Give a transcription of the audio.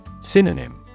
Synonym